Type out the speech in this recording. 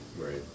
Right